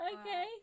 Okay